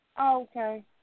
Okay